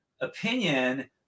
opinion